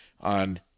on